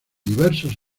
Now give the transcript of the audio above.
diversos